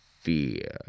fear